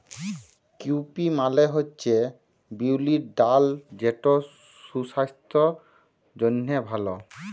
cowpea মালে হছে বিউলির ডাল যেট সুসাস্থের জ্যনহে ভাল